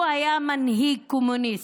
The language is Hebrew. הוא היה מנהיג קומוניסט,